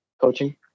coaching